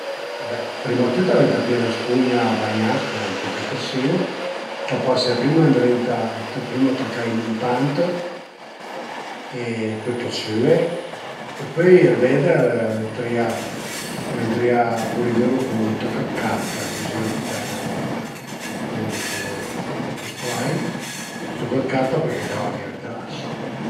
Be prima dë tüt ëntà pìé 'na spugna bagnà cun ën po dë detersìu, t'la pase prima ëndrinta, prima tacà ai muntant e pöi t'la süe e pöi ël veder ëntarìa ëntarìa pulidelu cun ën toch dë carta, a dizìu parei 'na volta u cun lë spray, ën toch dë carta përché a gava vìa ël gras